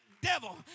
Devil